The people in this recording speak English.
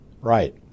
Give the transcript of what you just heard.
Right